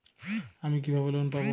আমি কিভাবে লোন পাব?